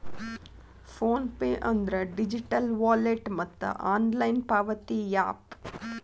phone pay ಅಂದ್ರ digital wallet ಮತ್ತ online ಪಾವತಿ ಯಾಪ್